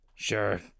Sure